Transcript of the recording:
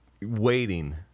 waiting